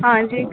हँ जी